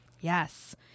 Yes